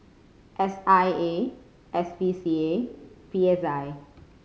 S I A S P C A and P S I